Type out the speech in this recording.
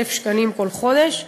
1,000 שקלים כל חודש,